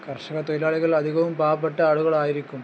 കർഷക തൊഴിലാളികൾ അധികവും പാവപ്പെട്ട ആളുകളായിരിക്കും